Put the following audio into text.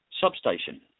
substation